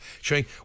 showing